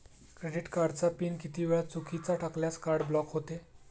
Credit कार्डचा PIN किती वेळा चुकीचा टाकल्यास कार्ड ब्लॉक होते?